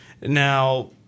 Now